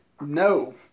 No